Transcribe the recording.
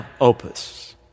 opus